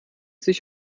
sich